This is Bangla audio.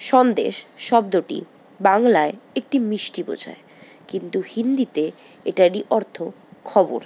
সন্দেশ শব্দটি বাংলায় একটি মিষ্টি বোঝায় কিন্তু হিন্দিতে এটারই অর্থ খবর